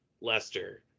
Lester